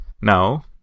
Now